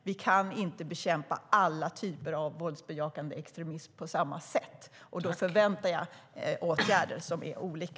Vi kan inte bekämpa alla typer av våldsbejakande extremism på samma sätt. Jag förväntar mig åtgärder som är olika.